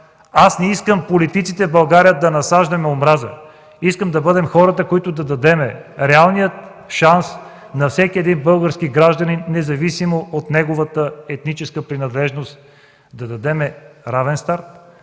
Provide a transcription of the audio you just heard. Не искам политиците в България да насаждаме омраза! Искам да бъдем хората, които да дадем реалния шанс на всеки един български гражданин, независимо от неговата етническа принадлежност да дадем равен старт,